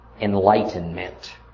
enlightenment